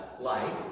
life